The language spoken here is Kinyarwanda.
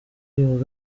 uyu